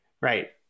right